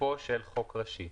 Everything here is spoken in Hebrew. תוקפו של חוק ראשי.